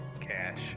cash